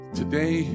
today